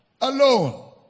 Alone